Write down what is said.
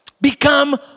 Become